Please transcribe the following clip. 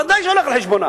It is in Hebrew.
ודאי שזה על חשבונה.